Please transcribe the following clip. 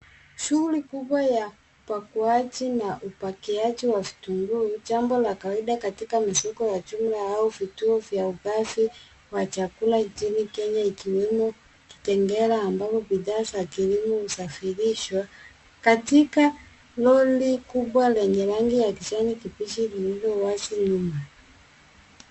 Shughuli kubwa ya upakuaji na upakiaji wa vitunguu. Jambo la kawaida katika masoko ya jumla au vituo vya usafi wa chakula nchini Kenya ikiwemo Kitengela ambayo bidhaa za kilimo husafirishwa. Katika lori kubwa lenye rangi ya kijani kibichi lilio wazi nyuma.